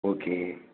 okay